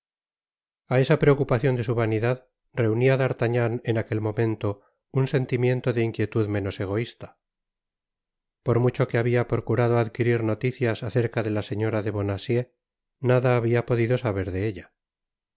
a esa preocupacion de su vanidad reunia d'artagnan en aquel momento un sentimiento de inquietud menos egoista por mucho que habia procurado adquirir noticias acerca de la señora de bonacieux nada habia podido saber de ella el